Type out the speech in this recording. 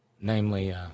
namely